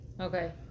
Okay